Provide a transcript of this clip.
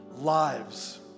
lives